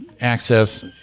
access